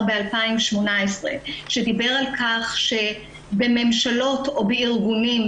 ב-2018 שדיבר על-כך שבממשלות או בארגונים,